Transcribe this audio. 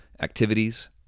activities